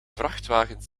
vrachtwagens